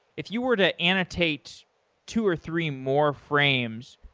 if you were to annotate two or three more frames,